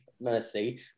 Mercy